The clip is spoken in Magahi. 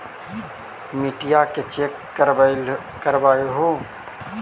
मिट्टीया के चेक करबाबहू?